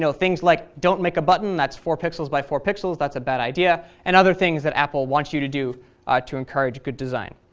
so things like don't make a button that's four pixels by four pixels. that's a bad idea, and other things that apple wants you to do to encourage good design.